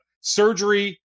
surgery